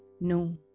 No